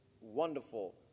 wonderful